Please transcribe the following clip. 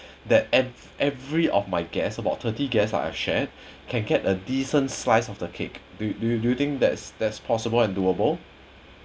that ev~ every of my guest about thirty guest I'd shared can get a decent slice of the cake do do you think that's that's possible and doable